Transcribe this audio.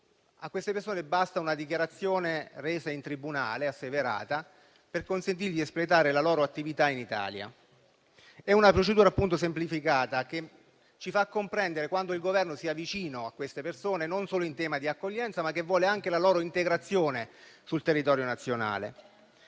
nostri medici, basta una dichiarazione resa in tribunale, asseverata, per consentire loro di espletare la loro attività in Italia. È una procedura semplificata, appunto, che ci fa comprendere quanto il Governo sia vicino a queste persone, non solo in tema di accoglienza, ma anche nella volontà di una loro integrazione sul territorio nazionale.